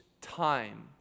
time